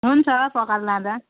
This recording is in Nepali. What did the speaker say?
हुन्छ पकाएर लाँदा